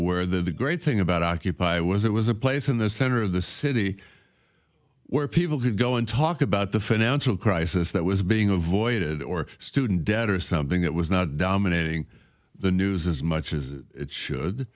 where the great thing about occupy was it was a place in the center of the city where people could go and talk about the financial crisis that was being avoided or student debt or something that was not dominating the news as much as it should